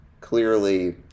clearly